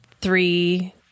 three